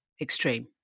extreme